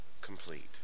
complete